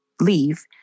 leave